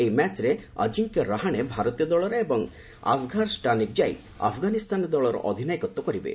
ଏହି ମ୍ୟାଚ୍ରେ ଅଜିଙ୍କ୍ୟ ରାହାଣେ ଭାରତୀୟ ଦଳର ଏବଂ ଆସଘାର୍ ଷ୍ଟାନିକ୍ଜାଇକ୍ ଆଫ୍ଗାନିସ୍ତାନ ଦଳର ଅଧିନାୟକତ୍ୱ କରିବେ